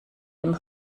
dem